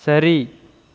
சரி